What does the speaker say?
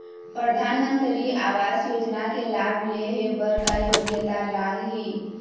परधानमंतरी आवास योजना के लाभ ले हे बर का योग्यता लाग ही?